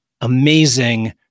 amazing